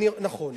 נכון.